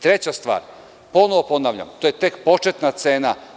Treća stvar, ponovo ponavljam, to je tek početka cena.